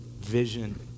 Vision